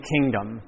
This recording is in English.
Kingdom